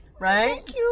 Right